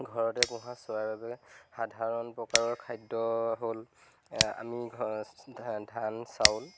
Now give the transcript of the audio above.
ঘৰতে পোহা চৰাইৰ বাবে সাধাৰণ প্ৰকাৰৰ খাদ্য হ'ল আমি ঘৰৰ ধা ধান চাউল